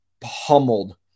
pummeled